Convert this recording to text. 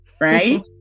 right